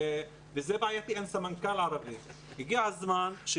אין סמנכ"ל ערבי וזה בעייתי.